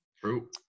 True